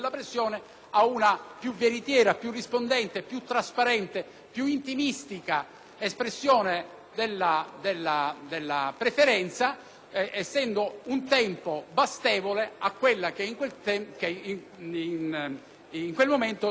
più intimistica espressione della preferenza; si tratta di un tempo bastevole a quello che in quel momento si valutò necessario.